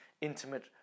intimate